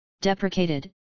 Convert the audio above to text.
deprecated